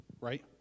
right